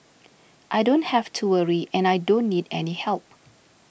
I don't have to worry and I don't need any help